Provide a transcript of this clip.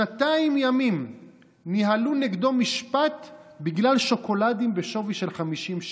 שנתיים ימים ניהלו נגדו משפט בגלל שוקולדים בשווי של 50 שקל.